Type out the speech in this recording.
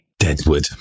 Deadwood